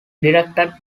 directed